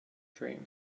dream